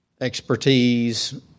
expertise